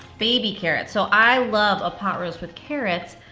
baby carrots. so i love a pot roast with carrots,